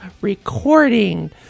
recording